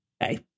hey